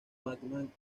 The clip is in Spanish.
batman